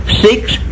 Six